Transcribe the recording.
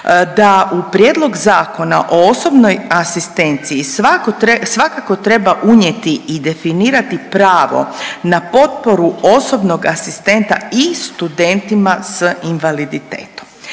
da u prijedlog Zakona o osobnoj asistenciji svako tre…, svakako treba unijeti i definirati pravo na potporu osobnog asistenta i studentima s invaliditetom.